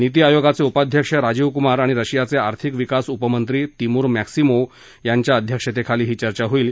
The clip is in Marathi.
निती आयोगाचे उपाध्यक्ष राजीवकुमार आणि रशियाचे आर्थिक विकास उपमंत्री तिमूर मॅक्सीमोव यांच्या अध्यक्षतेखाली ही चर्चा होणार आहे